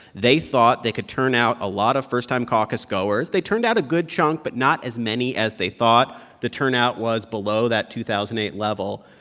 they thought they could turn out a lot of first-time caucusgoers. they turned out a good chunk but not as many as they thought. the turnout was below that two thousand and eight level.